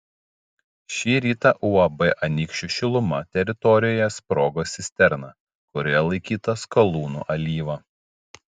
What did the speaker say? šį rytą uab anykščių šiluma teritorijoje sprogo cisterna kurioje laikyta skalūnų alyva